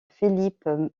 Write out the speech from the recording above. philippe